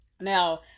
Now